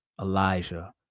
Elijah